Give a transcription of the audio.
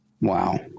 Wow